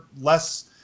less